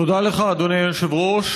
תודה לך, אדוני היושב-ראש.